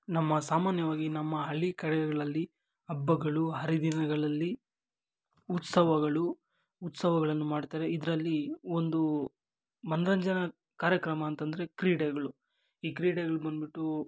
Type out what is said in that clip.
ನಮ್ಮ ಸಾಮಾನ್ಯವಾಗಿ ನಮ್ಮ ಹಳ್ಳಿ ಕಡೆಗಳಲ್ಲಿ ಹಬ್ಬಗಳು ಹರಿದಿನಗಳಲ್ಲಿ ಉತ್ಸವಗಳು ಉತ್ಸವಗಳನ್ನು ಮಾಡ್ತಾರೆ ಇದರಲ್ಲಿ ಒಂದು ಮನರಂಜನ ಕಾರ್ಯಕ್ರಮ ಅಂತಂದರೆ ಕ್ರೀಡೆಗಳು ಈ ಕ್ರೀಡೆಗಳು ಬಂದುಬಿಟ್ಟು